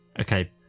Okay